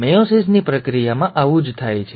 મેયોસિસની પ્રક્રિયામાં આવું જ થાય છે